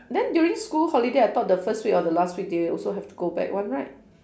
then during school holiday I thought the first week or the last week they also have to go back one right